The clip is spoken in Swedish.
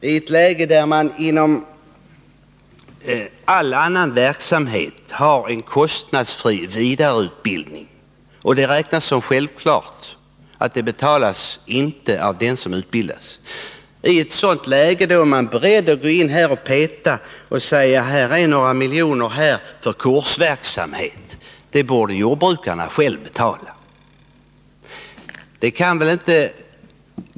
I ett läge där man inom all annan verksamhet har en kostnadsfri Nr 45 vidareutbildning — och det räknas som självklart att den inte betalas av den som utbildas — tycks det vara så att ni är beredda att börja peta i detta och säga att här är några miljoner till kursverksamhet men jordbrukarna borde betala detta själva.